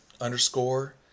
underscore